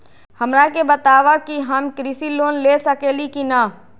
हमरा के बताव कि हम कृषि लोन ले सकेली की न?